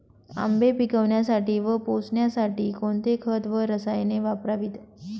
आंबे पिकवण्यासाठी व पोसण्यासाठी कोणते खत व रसायने वापरावीत?